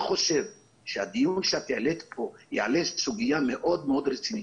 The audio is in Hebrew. הדיון שהעלית פה יעלה סוגיה מאוד מאוד רצינית,